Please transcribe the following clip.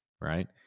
right